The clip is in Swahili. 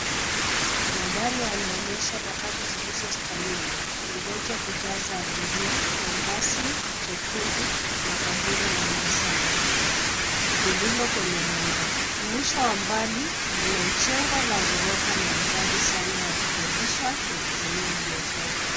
Mandhari yanaonyesha matatu zilizo stanini kungoja kujaza abiria na basi jekundu la kampuni la Embassava lililo kwenye mwendo. Mwisho wa mbali mna jengo la gorofa maridadi sana ya kukodisha na kufanyia bishara.